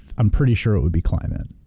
i'm pretty sure it would be climate.